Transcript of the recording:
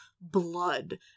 blood